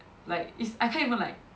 like is I can't even like